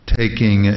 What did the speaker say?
taking